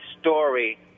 story